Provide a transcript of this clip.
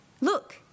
Look